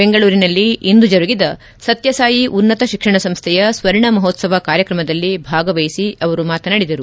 ಬೆಂಗಳೂರಿನಲ್ಲಿ ಇಂದು ಜರುಗಿದ ಸತ್ಯಸಾಯಿ ಉನ್ನತ ಶಿಕ್ಷಣ ಸಂಸ್ಥೆಯ ಸ್ತರ್ಣ ಮಹೋತ್ಸವ ಕಾರ್ಯಕ್ರಮದಲ್ಲಿ ಭಾಗವಹಿಸಿ ಅವರು ಮಾತನಾಡಿದರು